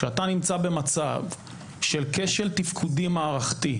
כשאתה נמצא במצב של כשל תפקודי מערכתי,